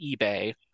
eBay